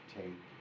take